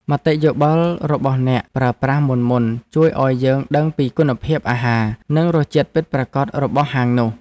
មតិយោបល់របស់អ្នកប្រើប្រាស់មុនៗជួយឱ្យយើងដឹងពីគុណភាពអាហារ និងរសជាតិពិតប្រាកដរបស់ហាងនោះ។